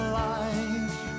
life